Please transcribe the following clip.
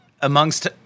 Amongst